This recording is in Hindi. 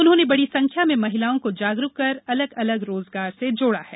उन्होंने बड़ी संख्या में महिलाओं को जागरूक कर अलग अलग रोजगार से जोड़ा है